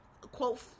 quote